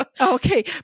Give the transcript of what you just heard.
Okay